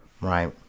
right